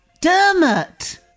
Dermot